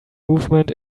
movement